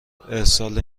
ارسال